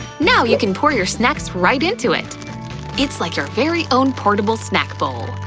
now you can pour your snacks right into it it's like your very own portable snack bowl.